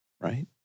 Right